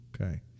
Okay